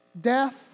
death